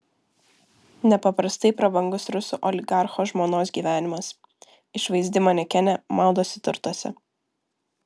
nepaprastai prabangus rusų oligarcho žmonos gyvenimas išvaizdi manekenė maudosi turtuose